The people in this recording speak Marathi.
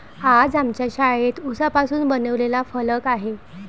आज आमच्या शाळेत उसापासून बनवलेला फलक आहे